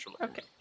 Okay